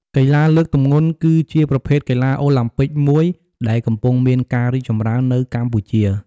កីឡាលើកទម្ងន់ គឺជាប្រភេទកីឡាអូឡាំពិកមួយដែលកំពុងមានការរីកចម្រើននៅកម្ពុជា។